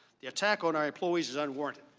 the attack on our employees is unwarranted.